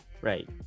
Right